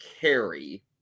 carry